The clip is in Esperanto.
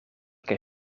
kaj